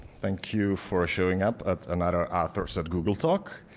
thank you for showing up at another authors at google talk.